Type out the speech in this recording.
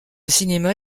cinéma